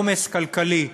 עומס כלכלי.